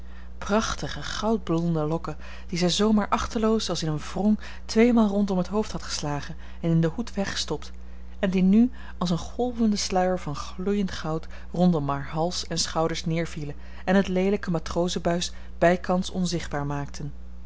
prachtige goudblonde lokken die zij zoo maar achteloos als in een wrong tweemaal rondom het hoofd had geslagen en in den hoed weggestopt en die nu als een golvende sluier van gloeiend goud rondom haar hals en schouders neervielen en het leelijke matrozen buis bijkans onzichtbaar maakten